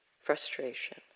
frustration